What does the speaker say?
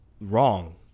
wrong